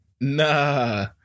Nah